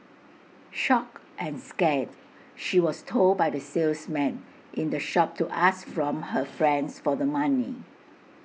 shocked and scared she was told by the salesman in the shop to ask from her friends for the money